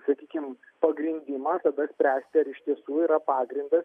sakykim pagrindimą tada spręsti ar iš tiesų yra pagrindas